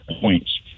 points